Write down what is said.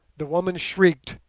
the woman shrieked,